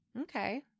Okay